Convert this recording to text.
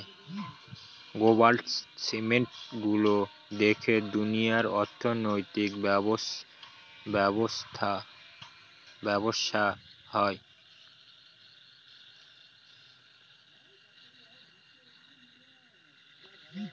global system গুলো দেখে দুনিয়ার অর্থনৈতিক ব্যবসা হয়